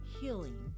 healing